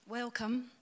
Welcome